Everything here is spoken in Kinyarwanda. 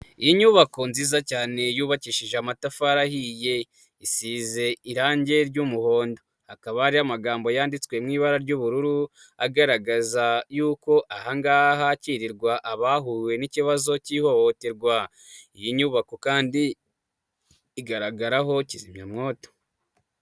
Inyubako nziza cyane yubakishije amatafari ahiye isize irangi ry'umuhondo, akaba ariyo magambo yanditswe mu'ibara ry'ubururu agaragaza yuko ahangaha hakirirwa abahuye n'ikibazo cy'ihohoterwa. Iyi nyubako kandi igaragaraho kizimyamwoto.